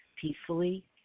peacefully